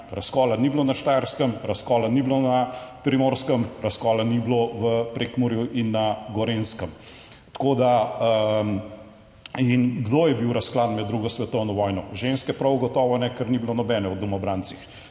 razkola ni bilo, na Štajerskem razkola ni bilo, na primorskem razkola ni bilo, v Prekmurju in na Gorenjskem. Tako da, in kdo je bil razklan med drugo svetovno vojno? Ženske prav gotovo ne, ker ni bilo nobene o domobrancih